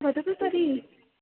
वदतु तर्हि